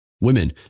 Women